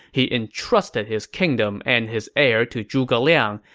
he entrusted his kingdom and his heir to zhuge liang,